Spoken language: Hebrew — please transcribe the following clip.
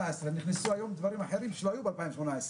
נכנסו היום דברים אחרים שלא היו ב-2018.